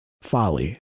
folly